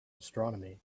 astronomy